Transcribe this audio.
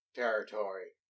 territory